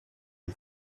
del